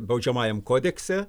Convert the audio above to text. baudžiamajam kodekse